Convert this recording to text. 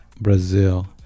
Brazil